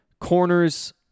corners